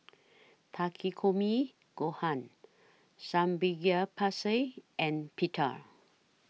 Takikomi Gohan Samgyeopsal and Pita